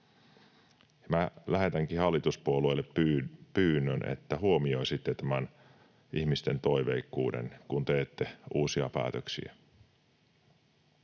minä lähetänkin hallituspuolueille pyynnön, että huomioisitte tämän ihmisten toiveikkuuden, kun teette uusia päätöksiä.